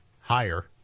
higher